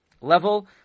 level